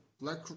Black